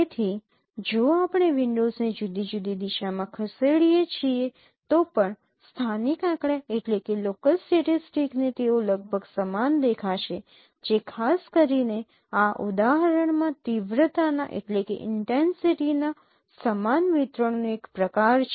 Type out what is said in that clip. તેથી જો આપણે વિન્ડોસ ને જુદી જુદી દિશામાં ખસેડીએ છીએ તો પણ સ્થાનિક આંકડા ને તેઓ લગભગ સમાન દેખાશે જે ખાસ કરીને આ ઉદાહરણમાં તીવ્રતાના સમાન વિતરણનો એક પ્રકાર છે